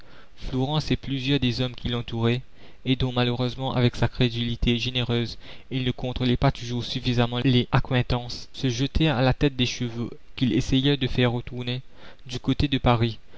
flourens et plusieurs des hommes qui l'entouraient et dont malheureusement avec sa crédulité généreuse il ne contrôlait pas toujours suffisamment les accointances se jetèrent à la tête des chevaux qu'ils essayèrent de faire retourner du côté de paris